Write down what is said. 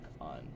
on